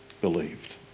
believed